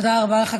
תודה רבה לך.